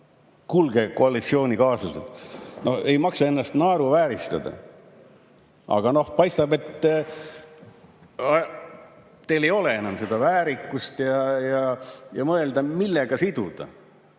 Kuulge, koalitsioonikaaslased! No ei maksa ennast naeruvääristada! Aga paistab, et teil ei ole enam seda väärikust. Kui mõelda, millega siduda